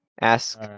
Ask